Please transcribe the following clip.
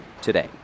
today